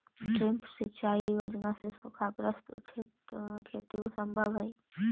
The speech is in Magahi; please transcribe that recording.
ड्रिप सिंचाई योजना से सूखाग्रस्त क्षेत्र में खेती सम्भव हइ